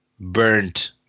burnt